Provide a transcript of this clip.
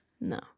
No